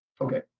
okay